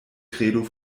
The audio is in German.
credo